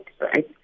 right